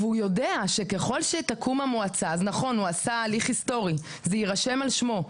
נכון, הוא עשה הליך היסטורי, וזה יירשם על שמו.